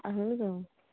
اَہَن حظ